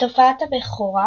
את הופעת הבכורה